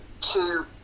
Two